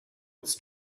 its